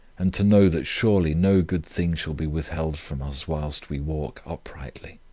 and to know that surely no good thing shall be withheld from us whilst we walk uprightly!